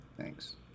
Thanks